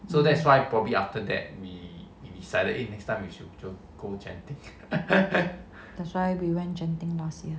that's why we went genting last year